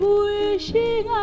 wishing